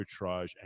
arbitrage